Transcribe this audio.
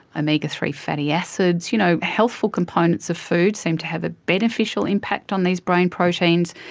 omega three fatty acids, you know healthful components of food seem to have a beneficial impact on these brain proteins,